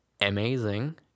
amazing